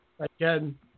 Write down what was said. Again